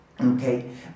Okay